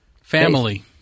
Family